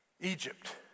Egypt